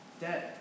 dead